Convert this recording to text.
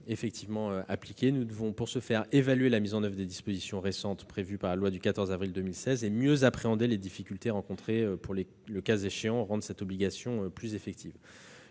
effectivement appliqué. Nous devons pour cela évaluer la mise en oeuvre des dispositions récentes de la loi du 14 avril 2016 et mieux appréhender les difficultés rencontrées, pour rendre le cas échéant cette obligation plus effective.